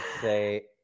say